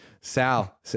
sal